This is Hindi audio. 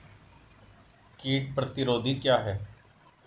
कीट प्रतिरोधी क्या है?